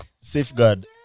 safeguard